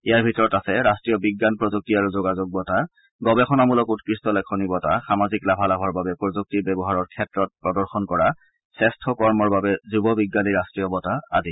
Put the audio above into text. ইয়াৰ ভিতৰত আছে ৰাষ্টীয় বিজ্ঞান প্ৰযুক্তি আৰু যোগাযোগ বঁটা গৱেষণামূলক উৎকৃষ্ট লেখনি বঁটা সামাজিক লাভালাভৰ বাবে প্ৰযুক্তিৰ ব্যৱহাৰৰ ক্ষেত্ৰত প্ৰদৰ্শন কৰা শ্ৰেষ্ঠ কৰ্মৰ বাবে যুৱ বিজ্ঞানী ৰট্টীয় বঁটা আদি